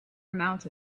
amount